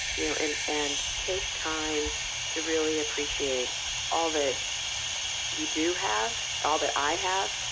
you know, and and take time to really appreciate all that we do have, all that i have,